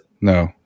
No